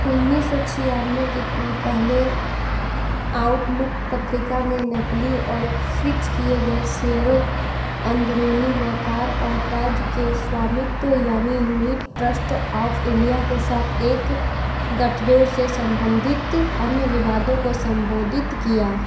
उन्नीस सौ छियानवे जितना पहले आउटलुक पत्रिका ने नकली और स्विच किए गए शयरों अंदरूनी व्यापार और राज्य के स्वामित्व यानि यूनिट ट्रस्ट ऑफ इंडिया के साथ एक गठजोड़ से सम्बंधित अन्य विवादों को संबोधित किया